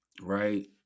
Right